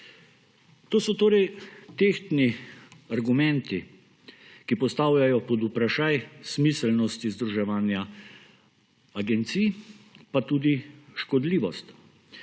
To so torej tehtni argumenti, ki postavljajo pod vprašaj smiselnosti združevanja agencij, pa tudi škodljivost.